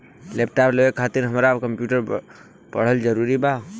Laptop लेवे खातिर हमरा कम्प्युटर पढ़ल जरूरी बा?